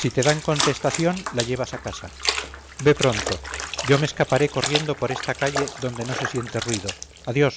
si te dan contestación la llevas a casa ve pronto yo me escaparé corriendo por esta calle donde no se siente ruido adiós